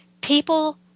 people